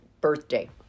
birthday